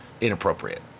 inappropriate